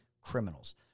Criminals